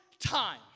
Time